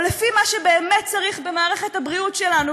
או לפי מה שבאמת צריך במערכת הבריאות שלנו,